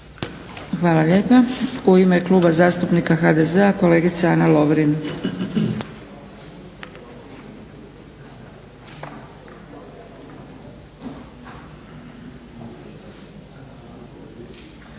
Hvala lijepa. U ime Kluba zastupnika HDZ-a kolegica Ana Lovrin.